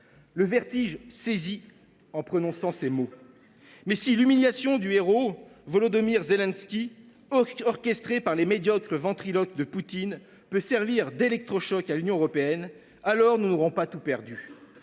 Le vertige saisit en prononçant ces mots. Cela étant, si l’humiliation du héros Volodymyr Zelensky, orchestrée par les médiocres ventriloques de Poutine, peut servir d’électrochoc à l’Union européenne, nous n’aurons pas tout perdu.